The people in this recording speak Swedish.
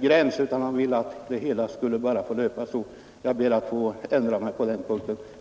gräns utan han ville att det hela bara skulle få löpa. Jag ber att få ändra mig på den punkten.